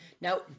Now